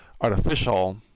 artificial